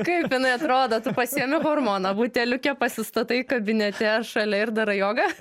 kaip jinai atrodo tu pasiimi hormoną buteliuke pasistatai kabinete šalia ir darai jogą